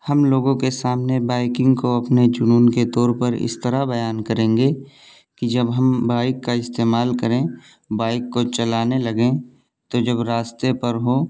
ہم لوگوں کے سامنے بائیکنگ کو اپنے جنون کے طور پر اس طرح بیان کریں گے کہ جب ہم بائک کا استعمال کریں بائک کو چلانے لگیں تو جب راستے پر ہوں